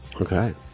Okay